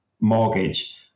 mortgage